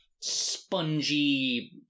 spongy